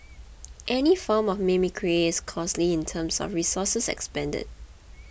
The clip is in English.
any form of mimicry is costly in terms of resources expended